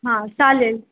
हां चालेल